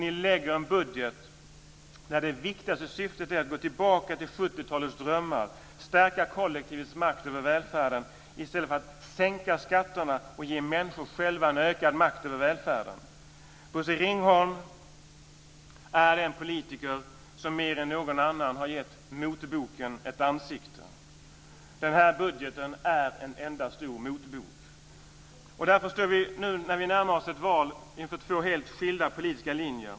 Ni lägger en budget där det viktigaste syftet är att gå tillbaka till 70-talets drömmar, att stärka kollektivets makt över välfärden, i stället för att sänka skatterna och ge människor en ökad makt över välfärden. Bosse Ringholm är den politiker som mer än någon annan har gett motboken ett ansikte. Den här budgeten är en enda stor motbok. Därför står vi nu, när vi närmar oss ett val, inför två helt skilda politiska linjer.